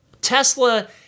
Tesla